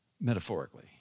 metaphorically